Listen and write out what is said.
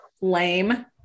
lame